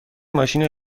ماشین